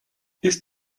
ist